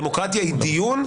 דמוקרטיה היא דיון,